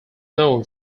known